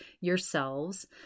yourselves